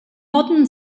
modern